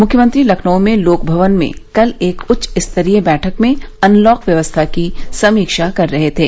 मूख्यमंत्री लखनऊ में लोक भवन में कल एक उच्च स्तरीय बैठक में अनलॉक व्यवस्था की समीक्षा कर रहे थे